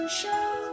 show